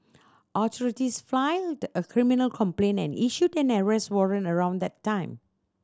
authorities filed a criminal complaint and issued an arrest warrant around that time